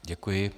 Děkuji.